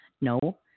No